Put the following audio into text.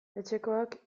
etxekoak